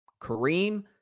Kareem